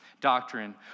doctrine